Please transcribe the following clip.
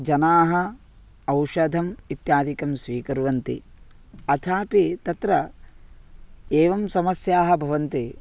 जनाः औषधम् इत्यादिकं स्वीकुर्वन्ति अथापि तत्र एवं समस्याः भवन्ति